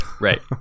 right